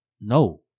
No